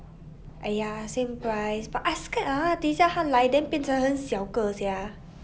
!aiya! same price but I scared ah 等下它来变成很小个 sia